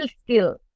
skill